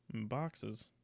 Boxes